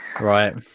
right